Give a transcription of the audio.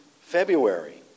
February